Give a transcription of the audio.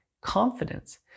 confidence